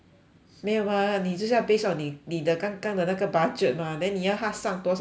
没有 lah 你只是要 based on 你你的刚刚的那个 budget mah then 你也好它上多少一次过